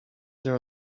there